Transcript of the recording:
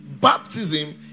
baptism